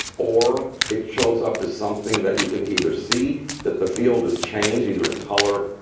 or it shows up as something that you can either see that the field has changed either in color.